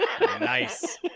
Nice